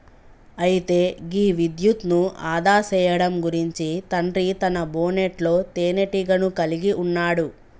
అయితే గీ విద్యుత్ను ఆదా సేయడం గురించి తండ్రి తన బోనెట్లో తీనేటీగను కలిగి ఉన్నాడు